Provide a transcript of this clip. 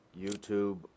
YouTube